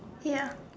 ya